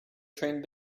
train